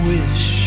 Wish